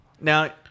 Now